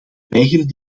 weigeren